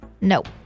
Nope